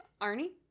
Arnie